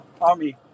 army